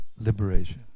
liberation